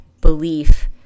belief